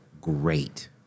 great